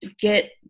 get